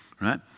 Right